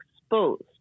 exposed